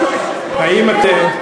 את החושך.